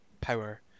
power